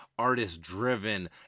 artist-driven